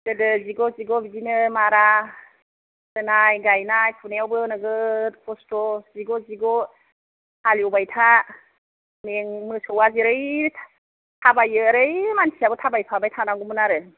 गोदो जिग' जिग' बिदिनो मारा होनाय गायनाय फुनायावबो नोगोर खस्ट' जिग' जिग' हालिवबायथा में मोसौया जेरै थाबायो एरै मानसियाबो थाबाय फाबाय थानांगौमोन आरो